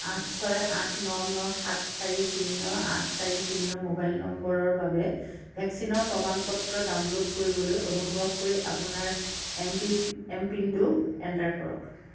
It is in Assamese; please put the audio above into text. আঠ ছয় আঠ ন ন সাত চাৰি শূন্য আঠ চাৰি শূন্য মোবাইল নম্বৰৰ বাবে ভেকচিনৰ প্ৰমাণ পত্ৰ ডাউনলোড কৰিবলৈ অনুগ্ৰহ কৰি আপোনাৰ এমপিনটো এণ্টাৰ কৰক